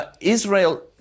Israel